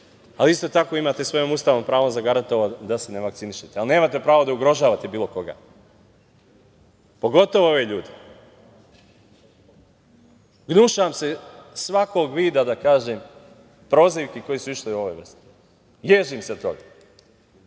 ali isto tako imate svojim Ustavom pravo zagarantovano da se ne vakcinišete, ali nemate pravo da ugrožavate bilo koga, pogotovo ove ljude. Gnušam se svakog vida prozivki koje su ove vrste. Ježim se od toga.